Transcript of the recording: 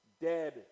dead